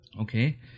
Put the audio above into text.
Okay